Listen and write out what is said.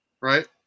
right